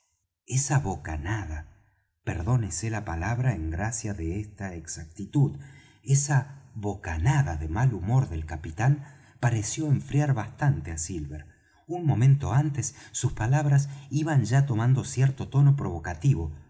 esa bocanada perdónese la palabra en gracia de esta exactitud esa bocanada de mal humor del capitán pareció enfriar bastante á silver un momento antes sus palabras iban ya tomando cierto tono provocativo